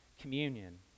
communion